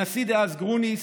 הנשיא דאז גרוניס